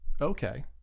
Okay